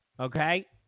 Okay